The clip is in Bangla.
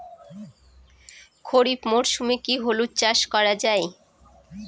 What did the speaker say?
খরিফ মরশুমে কি হলুদ চাস করা য়ায়?